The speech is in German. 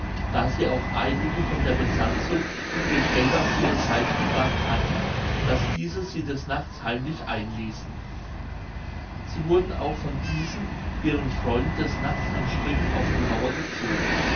da sie auch einige von der besatzung durch geld auf ihre seite gebracht hatten daß diese sie des nachts heimlich einließen sie wurden auch von diesen ihren freunden des nachts an stricken auf die mauer gezogen